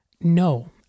No